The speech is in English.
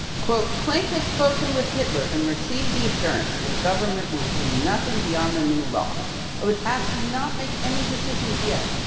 planck has spoken with hitler and received the assurance that the government will do nothing beyond the new law. i would ask you not make any decisions yet,